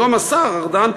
היום השר ארדן,